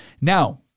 Now